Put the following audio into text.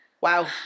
Wow